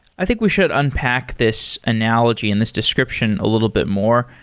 i think we should unpack this analogy and this description a little bit more.